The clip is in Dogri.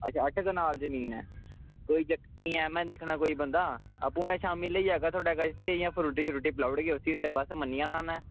अच्छा अट्ठ कनाल जमीन ऐ कोई चक्कर निं ऐ में दिक्खना कोई बंदा आपूं शाम्मीं में लेई जाह्गा थुआढ़े कश ते इ'यां फ्रूटी पलाई ओड़गे उसी ते मन्नी जाना उन्नै